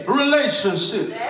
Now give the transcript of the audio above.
relationship